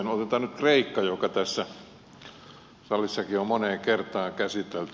otetaan nyt kreikka joka tässä salissakin on moneen kertaan käsitelty